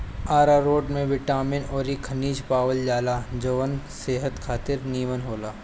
आरारोट में बिटामिन अउरी खनिज पावल जाला जवन सेहत खातिर निमन होला